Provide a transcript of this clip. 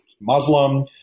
Muslim